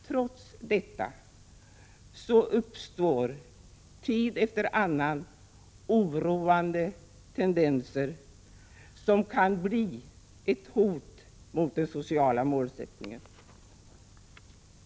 Trots detta uppstår tid efter annan oroande tendenser som kan bli ett hot mot den sociala målsättningen.